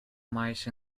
mice